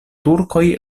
turkoj